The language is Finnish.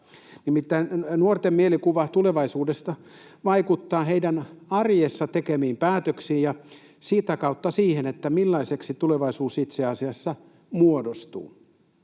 Nimittäin nuorten mielikuva tulevaisuudesta vaikuttaa heidän arjessa tekemiinsä päätöksiin ja sitä kautta siihen, millaiseksi tulevaisuus itse asiassa muodostuu.